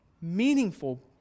meaningful